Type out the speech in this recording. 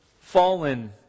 fallen